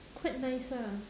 quite nice ah